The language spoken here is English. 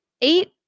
eight